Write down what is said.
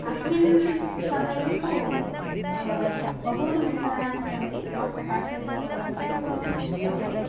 अस्मिन् समये तु बहूनि उपकरणानि सन्ति मत्सकाशे तु केवलं मिश्रकम् एतत् अस्ति